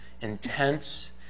intense